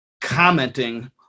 commenting